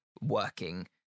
working